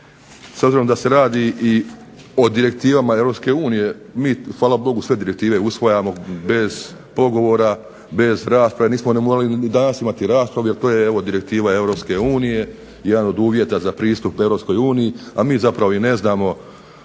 s obzirom da se radi i o direktivama Europske unije, mi hvala Bogu sve direktive usvajamo, bez pogovora, bez rasprave, nismo ni morali ni danas imati raspravu jer to je evo direktiva Europske unije, jedan od uvjeta za pristup Europskoj uniji, a mi zapravo i ne znamo